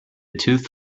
tooth